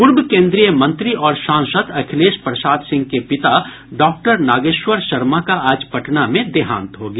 पूर्व कोन्द्रीय मंत्री और सांसद अखिलेश प्रसाद सिंह के पिता डॉक्टर नागेश्वर शर्मा का आज पटना में देहांत हो गया